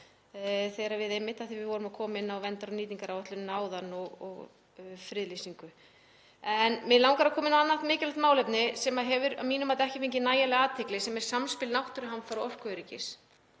hátt — af því að við vorum að koma inn á verndar- og nýtingaráætlunina áðan og friðlýsingu. En mig langar að koma inn á annað mikilvægt málefni sem hefur að mínu mati ekki fengið nægilega athygli, sem er samspil náttúruhamfara og orkuöryggis.